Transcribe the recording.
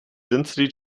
density